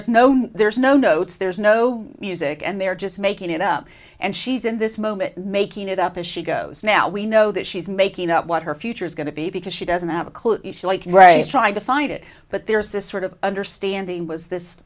no no there's no notes there's no music and they're just making it up and she's in this moment making it up as she goes now we know that she's making up what her future is going to be because she doesn't have a clue trying to find it but there's this sort of understanding was this